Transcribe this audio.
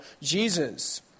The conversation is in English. Jesus